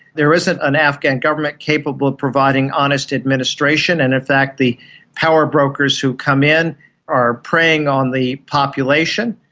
there isn't an afghan government capable of providing honest administration, and in fact the powerbrokers who come in are preying on the population.